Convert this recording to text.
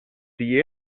see